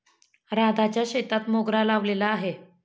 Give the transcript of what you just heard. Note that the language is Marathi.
राधाच्या शेतात मोगरा लावलेला आहे